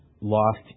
Lost